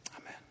Amen